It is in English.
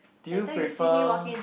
do you prefer